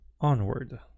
Onward